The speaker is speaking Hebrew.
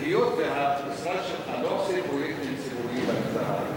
היות שהמשרד שלך לא עושה פרויקטים ציבוריים במגזר הערבי,